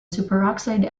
superoxide